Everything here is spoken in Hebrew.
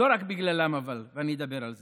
אבל לא רק בגללם, ואני אדבר על זה,